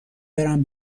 برم